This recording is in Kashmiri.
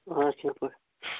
اَہَن حظ ٹھیٖک پٲٹھۍ